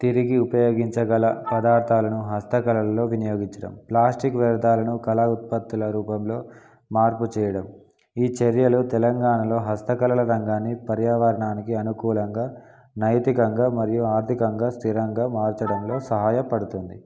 తిరిగి ఉపయోగించగల పదార్థాలను హస్తకళలో వినియోగించడం ప్లాస్టిక్ వ్యర్ధాలను కళా ఉత్పత్తుల రూపంలో మార్పు చేయడం ఈ చర్యలు తెలంగాణలో హస్తకళల రంగాన్ని పర్యావరణానికి అనుకూలంగా నైతికంగా మరియు ఆర్థికంగా స్థిరంగా మార్చడంలో సహాయపడుతుంది